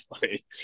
funny